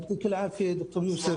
יַעְטִיכּ אֵלְ-עַאפְיֵה, ד"ר יוסף.